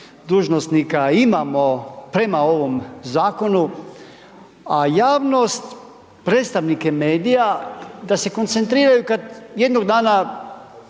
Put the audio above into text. dužnosnika imamo prema ovom zakonu, a javnost, predstavnike medija da se koncentriraju kad jednog dana